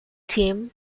team